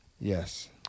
Yes